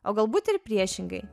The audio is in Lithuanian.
o galbūt ir priešingai